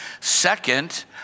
Second